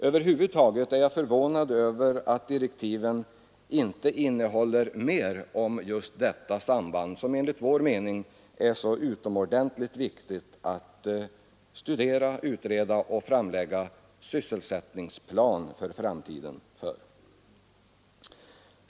Över huvud taget är jag förvånad över att direktiven inte innehåller mer om just detta samband, som enligt vår mening är så utomordentligt viktigt att studera, utreda och framlägga en sysselsättningsplan för när det gäller framtiden.